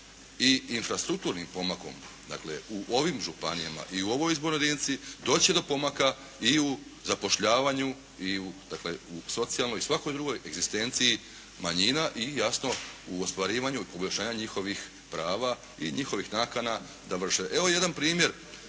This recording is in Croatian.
i infrastrukturnim pomakom dakle u ovim županijama i u ovoj izbornoj jedinici doći će do pomaka i u zapošljavanju i u dakle u socijalnoj i svakoj drugoj egzistenciji manjina i jasno u ostvarivanju i poboljšanju njihovih prava i njihovih nakana. Evo jedan primjer